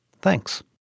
Thanks